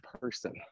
person